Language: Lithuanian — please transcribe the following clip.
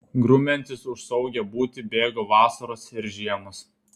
grumiantis už saugią būtį bėgo vasaros ir žiemos